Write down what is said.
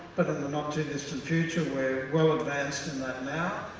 but um they're not too distant future, we are well advanced in that now,